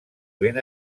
ben